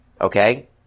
okay